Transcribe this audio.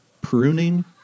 pruning